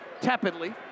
tepidly